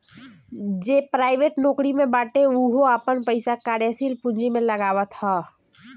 जे प्राइवेट नोकरी में बाटे उहो आपन पईसा कार्यशील पूंजी में लगावत हअ